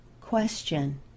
Question